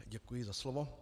Děkuji za slovo.